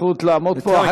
זכות לעמוד פה.